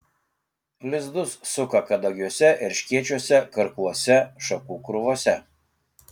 lizdus suka kadagiuose erškėčiuose karkluose šakų krūvose